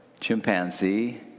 chimpanzee